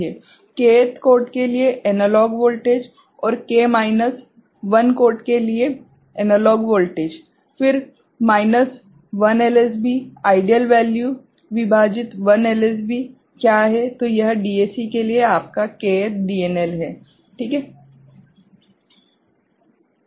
K th code के लिए analogue voltage और k minus 1 कोड के लिए एनालॉग वोल्टेज फिर माइनस 1 LSB आइडियल वैल्यू विभाजित 1 LSB क्या है तो यह DAC के लिए आपका k th DNL है ठीक है